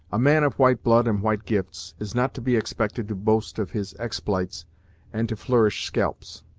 a man of white blood and white gifts is not to be expected to boast of his expl'ites and to flourish scalps.